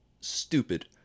stupid